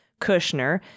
Kushner